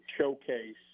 showcase